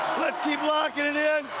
let's keep blocking it in,